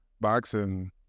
boxing